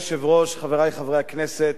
אדוני היושב-ראש, חברי חברי הכנסת,